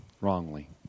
wrongly